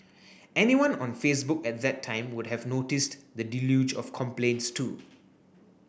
anyone on Facebook at that time would have noticed the deluge of complaints too